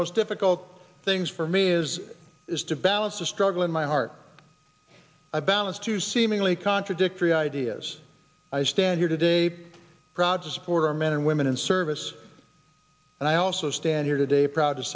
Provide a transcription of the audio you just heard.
most difficult things for me is is to balance the struggle in my heart i balance two seemingly contradictory ideas i stand here today proud to support our men and women in service and i also stand here today proud to